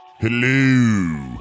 Hello